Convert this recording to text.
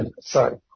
Sorry